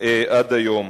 עד היום.